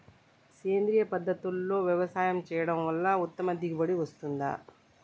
సేంద్రీయ పద్ధతుల్లో వ్యవసాయం చేయడం వల్ల ఉత్తమ దిగుబడి వస్తుందా?